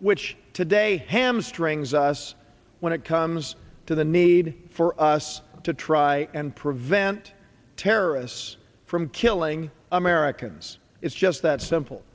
which today hamstrings us when it comes to the need for us to try and prevent terrorists from killing americans it's just that simple